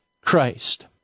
Christ